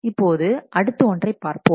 இப்போது அடுத்த ஒன்றைப் பார்ப்போம்